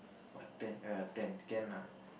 but ten err ten can lah